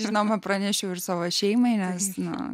žinoma pranešiau ir savo šeimai nes nu